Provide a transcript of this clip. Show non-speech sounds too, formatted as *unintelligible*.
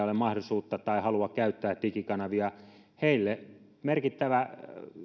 *unintelligible* ole mahdollisuutta tai halua käyttää digikanavia heille merkittävä